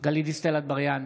גלית דיסטל אטבריאן,